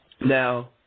Now